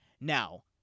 Now